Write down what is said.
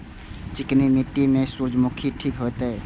चिकनी मिट्टी में सूर्यमुखी ठीक होते?